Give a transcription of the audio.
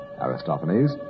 Aristophanes